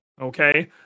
Okay